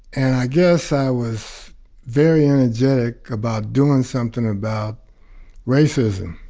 and i guess i was very energetic about doing something about racism.